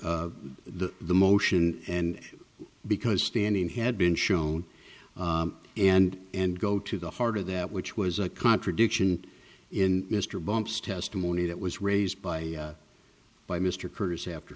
the motion and because standing had been shown and and go to the heart of that which was a contradiction in mr bumps testimony that was raised by by mr curtis after